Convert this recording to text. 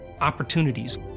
opportunities